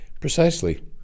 precisely